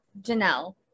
Janelle